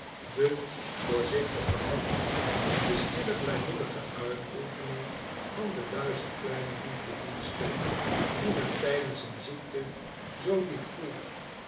de voorzichtige hand de stille blijmoedige uitoefening van de duizend kleine liefdediensten die men tijdehs een ziekte zoo diep voelt